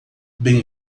bem